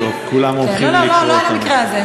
זה לא חל על המקרה הזה.